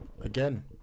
again